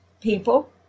people